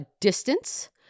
distance